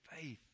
faith